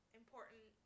important